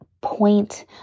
point